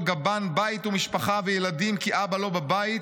גבן בית ומשפחה וילדים כי אבא לא בבית